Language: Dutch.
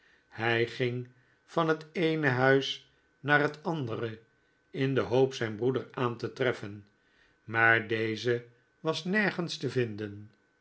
hij ging van het eene huis naar het andere in de hoop zijn broeder aan te treffen maar deze was nergens te vinden